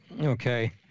Okay